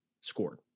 scored